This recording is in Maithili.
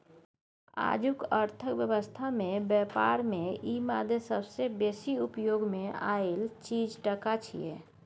आजुक अर्थक व्यवस्था में ब्यापार में ई मादे सबसे बेसी उपयोग मे आएल चीज टका छिये